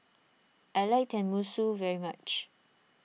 I like Tenmusu very much